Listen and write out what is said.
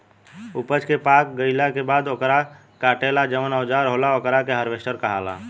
ऊपज के पाक गईला के बाद ओकरा काटे ला जवन औजार होला ओकरा के हार्वेस्टर कहाला